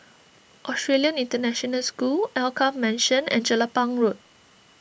Australian International School Alkaff Mansion and Jelapang Road